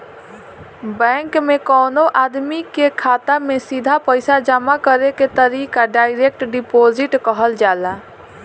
bank में कवनो आदमी के खाता में सीधा पईसा जामा करे के तरीका डायरेक्ट डिपॉजिट कहल जाला